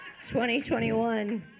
2021